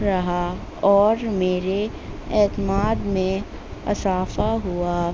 رہا اور میرے اعتماد میں اضافہ ہوا